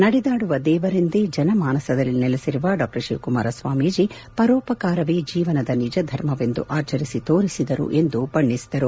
ನಡೆದಾಡುವ ದೇವರೆಂದೇ ಜನಮಾನಸದಲ್ಲಿ ನೆಲೆಸಿದ್ದ ಶಿವಕುಮಾರ ಸ್ವಾಮೀಜಿ ಪರೋಪಕಾರವೇ ಜೀವನದ ನಿಜ ಧರ್ಮವೆಂದು ಆಚರಿಸಿ ತೋರಿಸಿದರು ಎಂದು ಬಣ್ಣಿಸಿದರು